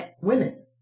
women